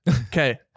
Okay